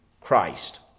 Christ